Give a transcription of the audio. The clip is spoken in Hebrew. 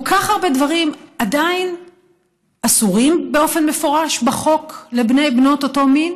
כל כך הרבה דברים עדיין אסורים באופן מפורש בחוק לבני/בנות אותו מין,